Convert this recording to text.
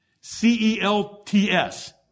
C-E-L-T-S